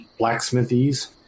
blacksmithies